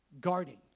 guarding